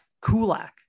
Kulak